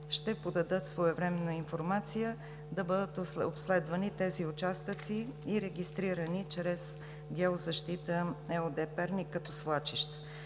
ще подадат своевременно информация да бъдат обследвани тези участъци и регистрирани чрез „Геозащита“ ЕООД – Перник като свлачища.